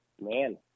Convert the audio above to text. Man